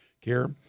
care